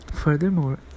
furthermore